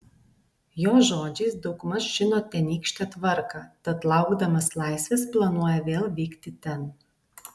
jo žodžiais daugmaž žino tenykštę tvarką tad laukdamas laisvės planuoja vėl vykti ten